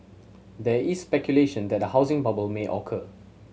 there is speculation that a housing bubble may occur